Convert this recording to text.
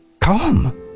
Come